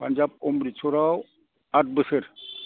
पानजाब अम्रिदसराव आद बोसोर